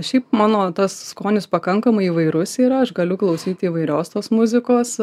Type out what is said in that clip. šiaip mano tas skonis pakankamai įvairus yra aš galiu klausyti įvairios tos muzikos